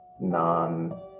non